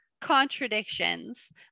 contradictions